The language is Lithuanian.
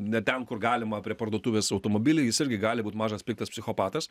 ne ten kur galima prie parduotuvės automobilį jis irgi gali būt mažas piktas psichopatas